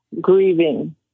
grieving